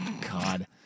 God